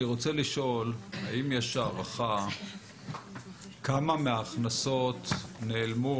אני רוצה לשאול האם יש הערכה כמה מההכנסות נעלמו